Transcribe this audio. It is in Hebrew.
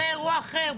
זה אירוע אחר,